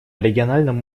региональном